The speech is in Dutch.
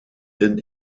dun